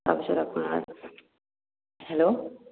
তাৰপিছত আপোনাৰ হেল্ল'